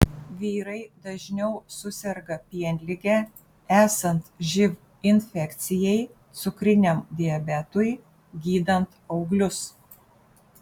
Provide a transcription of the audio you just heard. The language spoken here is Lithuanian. vyrai dažniau suserga pienlige esant živ infekcijai cukriniam diabetui gydant auglius